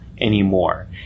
anymore